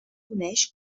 coneix